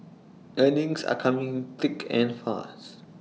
earnings are coming thick and fast